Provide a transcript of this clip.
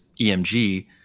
EMG